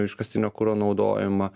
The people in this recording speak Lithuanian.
iškastinio kuro naudojimą